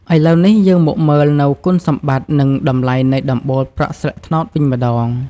ឥឡូវនេះយើងមកមើលនូវគុណសម្បត្តិ និងតម្លៃនៃដំបូលប្រក់ស្លឹកត្នោតវិញម្តង។